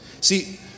See